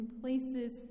places